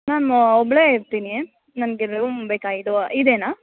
ma'am ಒಬ್ಬಳೆ ಇರ್ತೀನಿ ನನಗೆ ರೂಮ್ ಬೇಕಾಗಿತ್ತು ಇದೇನಾ